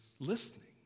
listening